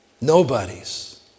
Nobody's